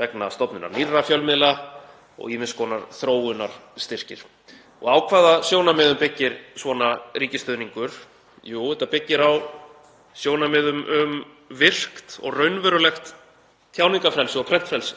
vegna stofnunar nýrra fjölmiðla og ýmiss konar þróunarstyrkir. Á hvaða sjónarmiðum byggir svona ríkisstuðningur? Jú, hann byggir á sjónarmiðum um virkt og raunverulegt tjáningarfrelsi og prentfrelsi